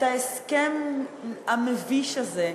את ההסכם המביש הזה,